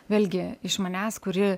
vėlgi iš manęs kuri